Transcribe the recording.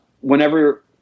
whenever